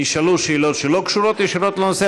נשאלו שאלות שלא קשורות ישירות לנושא,